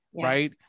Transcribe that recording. right